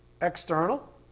external